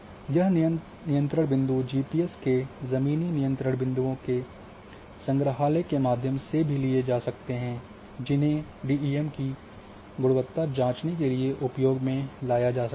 यह नियंत्रण बिंदु जीपीएस के जमीनी नियंत्रण बिंदुओं के संग्रहालय के माध्यम से भी लिए जा सकते हैं जिन्हें डीईएम की गुणवत्ता जाँचने के लिए उपयोग में लाया जा सकता है